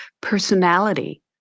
personality